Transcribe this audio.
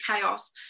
chaos